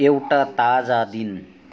एउटा ताजा दिन